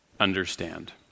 Understand